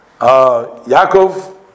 Yaakov